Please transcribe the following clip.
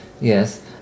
yes